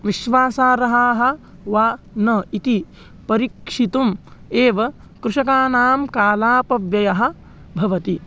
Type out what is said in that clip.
विश्वासार्हाः वा न इति परीक्षितुम् एव कृषकाणां कालापव्ययः भवति